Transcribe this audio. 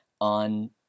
on